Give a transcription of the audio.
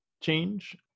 change